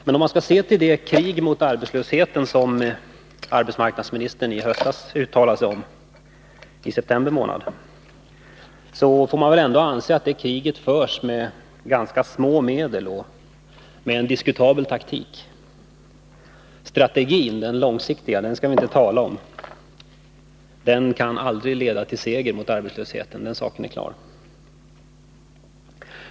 Men om man skall se till det krig mot arbetslösheten som arbetsmarknadsministern talade om i september får man väl anse att det kriget förs med ganska små medel och med en diskutabel taktik. Den långsiktiga strategin skall vi inte tala om — den kan aldrig leda till seger mot arbetslösheten, den saken är klar.